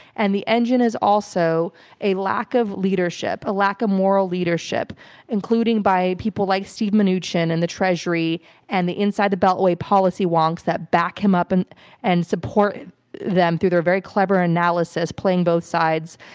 and the engine is also a lack of leadership, a lack of moral leadership, including by people like steve mnuchin and the treasury and the inside the beltway policy wonks that back him up and and supported them through their very clever analysis playing both sides.